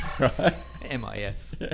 M-I-S